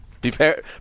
Prepare